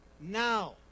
now